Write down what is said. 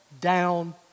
down